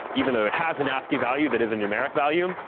even though it has an ascii value that is a numeric value,